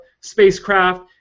spacecraft